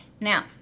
Now